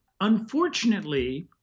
Unfortunately